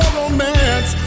romance